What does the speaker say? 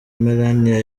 melania